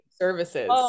services